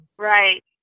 Right